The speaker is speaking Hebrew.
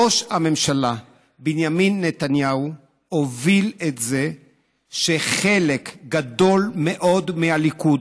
ראש הממשלה בנימין נתניהו הוביל את זה שחלק גדול מאוד מהליכוד,